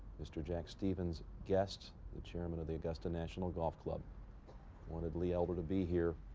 mr jack stevens guest. the chairman of the augusta national golf club wanted lee elder to be here.